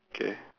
okay